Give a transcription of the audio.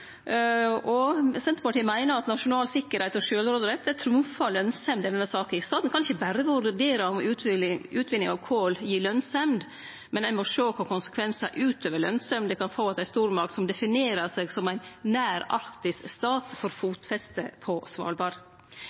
og Senterpartiet meiner at nasjonal sikkerheit og sjølvråderett trumfar lønsemda i denne saka. Staten kan ikkje berre vurdere om utvinning av kol gjev lønsemd, men ein må sjå kva konsekvensar utover lønsemd det kan få at ei stormakt som definerer seg som ein nær-arktisk stat, får fotfeste på Svalbard.